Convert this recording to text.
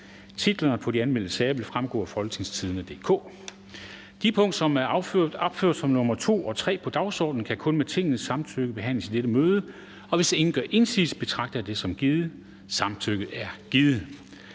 til behandling Formanden (Henrik Dam Kristensen): De punkter, som er opført som nr. 2 og 3 på dagsordenen, kan kun med Tingets samtykke behandles i dette møde, og hvis ingen gør indsigelse, betragter jeg dette som givet. Samtykket er givet.